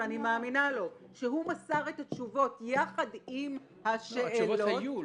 ואני מאמינה לו שהוא מסר את התשובות יחד עם השאלות -- התשובות היו,